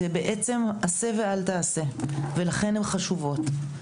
בעצם, זה עשה ואל תעשה, ולכן הן חשובות.